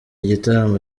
igitaramo